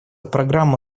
программа